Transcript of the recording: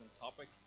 topic